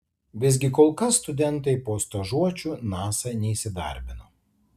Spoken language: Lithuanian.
visgi kol kas studentai po stažuočių nasa neįsidarbino